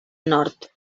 nord